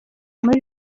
muri